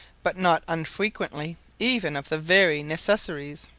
but not unfrequently even of the very necessaries.